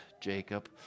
Jacob